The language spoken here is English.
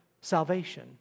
salvation